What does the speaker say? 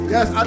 Yes